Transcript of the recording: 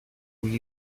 will